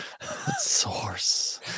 Source